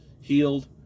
healed